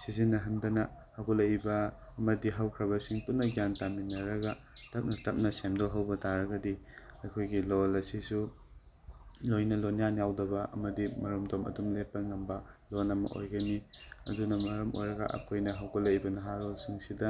ꯁꯤꯖꯤꯟꯅꯍꯟꯗꯅ ꯍꯧꯒꯠꯂꯛꯏꯕ ꯑꯃꯗꯤ ꯍꯧꯈ꯭ꯔꯕꯁꯤꯡ ꯄꯨꯟꯅ ꯒ꯭ꯌꯥꯟ ꯇꯥꯃꯤꯟꯅꯔꯒ ꯇꯞꯅ ꯇꯞꯅ ꯁꯦꯝꯗꯣꯛꯍꯧꯕ ꯇꯥꯔꯒꯗꯤ ꯑꯩꯈꯣꯏꯒꯤ ꯂꯣꯟ ꯑꯁꯤꯁꯨ ꯂꯣꯏꯅ ꯂꯣꯟꯌꯥꯟ ꯌꯥꯎꯗꯕ ꯑꯃꯗꯤ ꯃꯔꯣꯝꯗꯣꯝ ꯑꯗꯨꯝ ꯂꯦꯞꯄ ꯉꯝꯕ ꯂꯣꯟ ꯑꯃ ꯑꯣꯏꯒꯅꯤ ꯑꯗꯨꯅ ꯃꯔꯝ ꯑꯣꯏꯔꯒ ꯑꯈꯣꯏꯅ ꯍꯧꯒꯠꯂꯛꯏꯕ ꯅꯍꯥꯔꯣꯜꯁꯤꯡꯁꯤꯗ